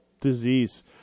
disease